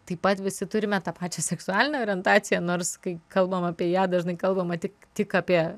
taip pat visi turime tą pačią seksualinę orientaciją nors kai kalbam apie ją dažnai kalbama tik tik apie